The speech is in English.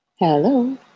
Hello